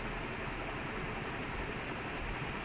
anyways like it's fair enough also